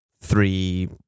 three